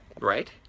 right